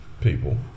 people